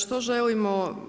Što želimo?